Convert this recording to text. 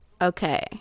okay